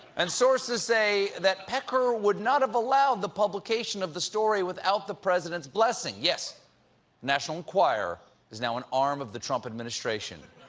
and sources say that pecker would not have allowed the publication of the story without the president's blessing. yes, the national enquirer is now an arm of the trump administration.